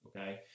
okay